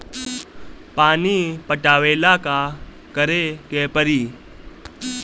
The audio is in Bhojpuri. पानी पटावेला का करे के परी?